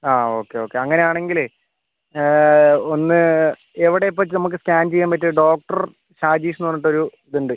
ആ okay okay അങ്ങനെയാണെങ്കിലേ ഒന്ന് എവിടെയാണ് ഇപ്പം നമുക്ക് സ്കാൻ ചെയ്യാൻ പറ്റിയ ഡോക്ടർ ഷാജീഷ് എന്ന് പറഞ്ഞിട്ടൊരു ഇതുണ്ട്